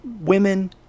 women